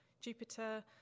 Jupiter